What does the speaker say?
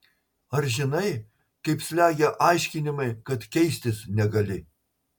ar žinai kaip slegia aiškinimai kad keistis negali